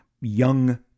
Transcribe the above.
young